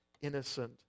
innocent